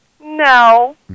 No